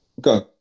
Go